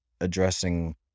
addressing